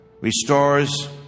restores